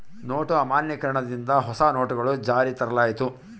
note ಅಮಾನ್ಯೀಕರಣ ದಿಂದ ಹೊಸ ನೋಟುಗಳು ಜಾರಿಗೆ ತರಲಾಯಿತು